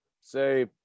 say